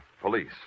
police